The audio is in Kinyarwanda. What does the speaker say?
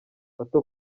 bato